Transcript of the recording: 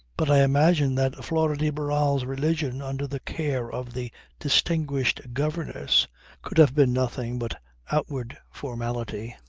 but i imagine that flora de barral's religion under the care of the distinguished governess could have been nothing but outward formality.